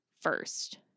first